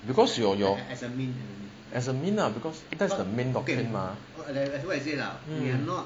because your your as a mean lah because that's the main doctrine mah